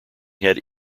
had